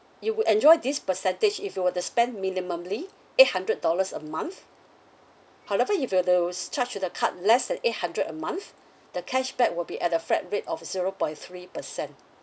you would enjoy this percentage if you were to spend minimally eight hundred dollars a month however if you were to charge with the card less than eight hundred a month the cashback will be at the flat rate of zero point three per cent